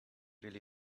really